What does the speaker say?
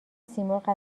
سیمرغ